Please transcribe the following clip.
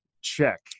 check